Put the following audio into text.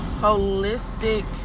Holistic